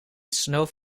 snoof